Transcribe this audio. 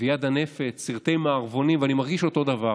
ו"יד הנפץ", סרטי מערבונים, ואני מרגיש אותו דבר.